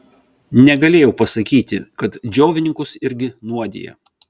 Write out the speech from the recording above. negalėjau pasakyti kad džiovininkus irgi nuodija